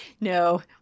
no